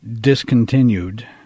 discontinued